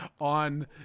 on